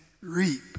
reap